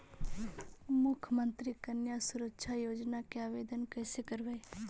मुख्यमंत्री कन्या सुरक्षा योजना के आवेदन कैसे करबइ?